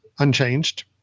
unchanged